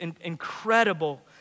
incredible